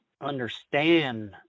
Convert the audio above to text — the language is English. understand